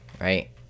right